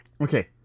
Okay